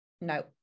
No